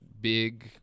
big